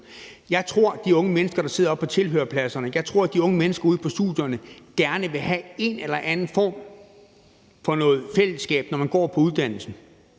Jeg tror, de unge mennesker, der sidder oppe på tilhørerpladserne, og de unge mennesker ude på studierne gerne vil have en eller anden form for fællesskab, når de går på uddannelsen.